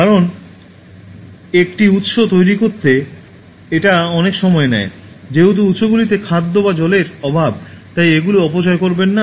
কারণ একটি উৎস তৈরি করতে এটা অনেক সময় নেয় যেহেতু উৎসগুলিতে খাদ্য বা জল এর অভাব তাই এগুলো অপচয় করবেন না